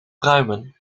pruimen